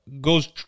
goes